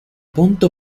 ponto